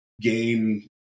gain